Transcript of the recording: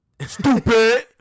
Stupid